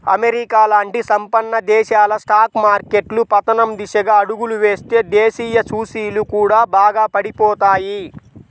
America లాంటి సంపన్న దేశాల స్టాక్ మార్కెట్లు పతనం దిశగా అడుగులు వేస్తే దేశీయ సూచీలు కూడా బాగా పడిపోతాయి